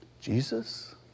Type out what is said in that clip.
Jesus